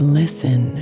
listen